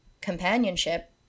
companionship